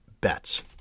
bets